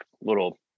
little